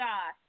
God